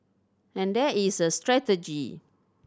and there is a strategy